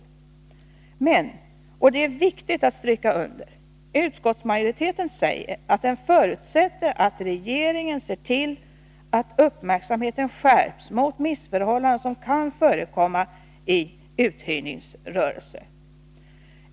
Utskottsmajoriteten säger emellertid, och det är viktigt att stryka under, att den förutsätter att regeringen ser till att uppmärksamheten skärps mot missförhållanden som kan förekomma i uthyrningsrörelser.